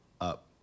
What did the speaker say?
up